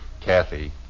Kathy